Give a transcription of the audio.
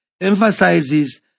emphasizes